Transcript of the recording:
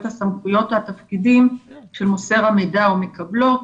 הסמכויות והתפקידים של מוסר המידע או מקבלו,